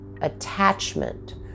attachment